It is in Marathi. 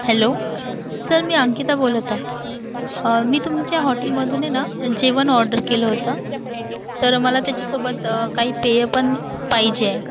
हॅलो सर मी अंकिता बोलत आहे मी तुमच्या हॉटेलमधून आहे ना जेवण ऑर्डर केलं होतं तर मला त्याच्यासोबत काही पेय पण पाहिजे आहे